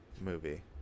movie